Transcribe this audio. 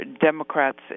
Democrats